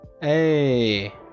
Hey